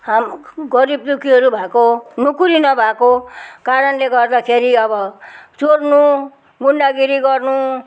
हाम् गरिबदुखीहरू भएको नोकरी नभएको कारणले गर्दाखेरि अब चोर्नु गुन्डागिरी गर्नु